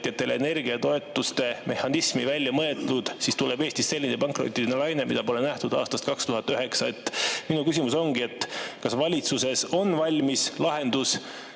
energiatoetuste mehhanismi välja mõeldud, siis tuleb Eestis selline pankrottide laine, mida pole nähtud aastast 2009. Minu küsimus ongi, kas valitsuses on valmis lahendus,